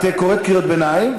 את קוראת קריאות ביניים,